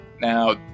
Now